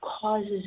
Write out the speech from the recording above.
causes